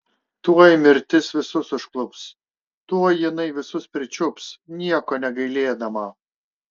tuoj mirtis visus užklups tuoj jinai visus pričiups nieko negailėdama